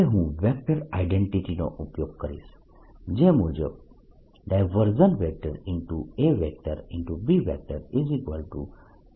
હવે હું વેક્ટર આઇડેન્ટિટીનો ઉપયોગ કરીશ જે મુજબ B